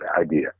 idea